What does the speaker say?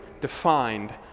defined